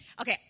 Okay